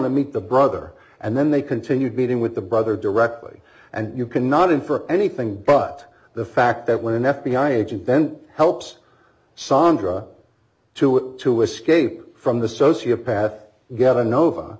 to meet the brother and then they continued meeting with the brother directly and you cannot infer anything but the fact that when an f b i agent then helps sondra to it to escape from the sociopath gether nova